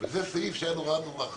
זה סעיף שהיה מאוד חשוב